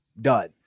done